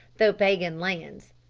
though pagan lands.